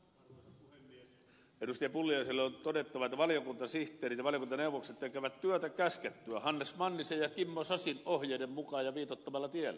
pulliaiselle on todettava että valiokuntasihteerit ja valiokuntaneuvokset tekevät työtä käskettyä hannes mannisen ja kimmo sasin ohjeiden mukaan ja viitoittamalla tiellä